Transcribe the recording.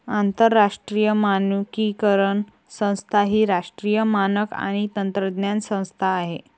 आंतरराष्ट्रीय मानकीकरण संस्था ही राष्ट्रीय मानक आणि तंत्रज्ञान संस्था आहे